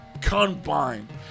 combined